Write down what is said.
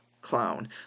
clown